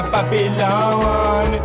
Babylon